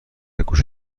گوشه